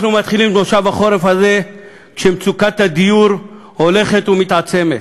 אנחנו מתחילים את מושב החורף הזה כשמצוקת הדיור הולכת ומתעצמת,